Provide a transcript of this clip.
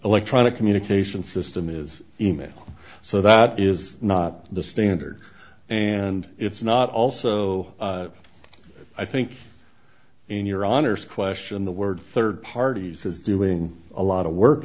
lectronic communication system is e mail so that is not the standard and it's not also i think in your honour's question the word third parties is doing a lot of work